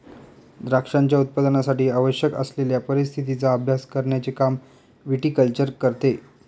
द्राक्षांच्या उत्पादनासाठी आवश्यक असलेल्या परिस्थितीचा अभ्यास करण्याचे काम विटीकल्चर करते